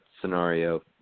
scenario